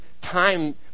time